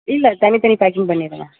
இல்லை தனி தனி பேக்கிங் பண்ணிவிடுங்க